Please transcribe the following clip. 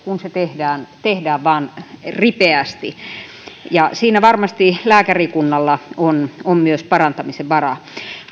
kun se tehdään tehdään vaan ripeästi ja siinä varmasti myös lääkärikunnalla on on parantamisen varaa